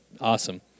Awesome